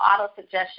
auto-suggestion